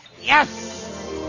Yes